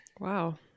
Wow